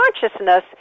consciousness